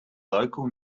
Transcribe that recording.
local